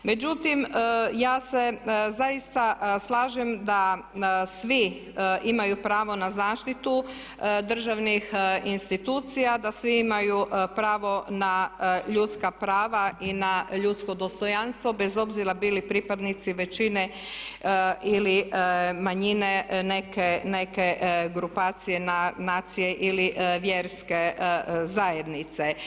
Međutim, ja se zaista slažem da svi imaju pravo na zaštitu državnih institucija, da svi imaju pravo na ljudska prava i na ljudsko dostojanstvo bez obzira bili pripadnici većine ili manjine neke grupacije nacije ili vjerske zajednice.